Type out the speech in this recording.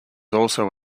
also